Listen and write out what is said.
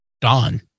Don